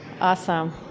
Awesome